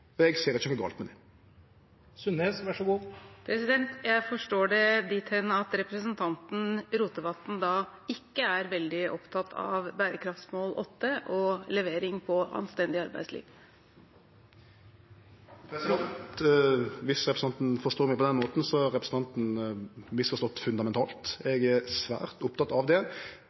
med det. Jeg forstår det dithen at representanten Rotevatn ikke er veldig opptatt av bærekraftsmål 8 og levering på anstendig arbeidsliv. Viss representanten forstår meg på den måten, har representanten misforstått fundamentalt. Eg er svært oppteken av det.